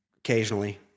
occasionally